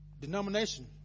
Denomination